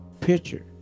picture